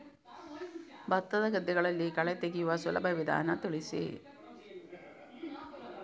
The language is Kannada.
ಭತ್ತದ ಗದ್ದೆಗಳಲ್ಲಿ ಕಳೆ ತೆಗೆಯುವ ಸುಲಭ ವಿಧಾನ ತಿಳಿಸಿ?